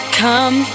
come